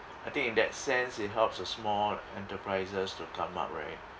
I think in that sense it helps the small enterprises to come up right